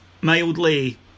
mildly